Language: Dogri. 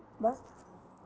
बस